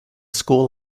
school